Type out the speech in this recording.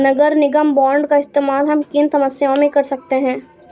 नगर निगम बॉन्ड का इस्तेमाल हम किन किन समस्याओं में कर सकते हैं?